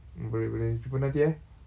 mm boleh boleh jumpa nanti eh